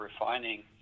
refining